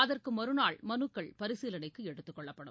அதற்கு மறுநாள் மனுக்கள் பரிசீலனைக்கு எடுத்துக்கொள்ளப்படும்